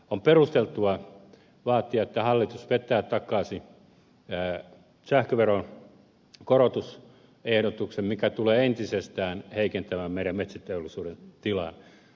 on perusteltua vaatia että hallitus vetää takaisin sähköveron korotusehdotuksen sillä se tulee entisestään heikentämään meidän metsäteollisuutemme tilannetta